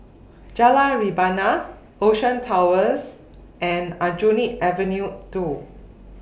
Jalan Rebana Ocean Towers and Aljunied Avenue two